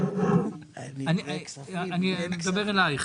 כסף בשביל בנייה נוספת או שיפוץ של מתקני